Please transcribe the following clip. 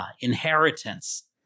inheritance